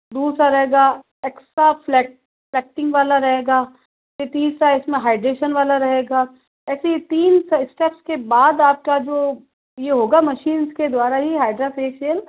दूसरा रहेगा extra flat cutting वाला रहेगा तीसरा इसमें हाइड्रेशन वाला रहेगा ऐसे तीन स्टेप्स के बाद आपका जो ये होगा मशीन के द्वारा ही हाइड्रा फेशियल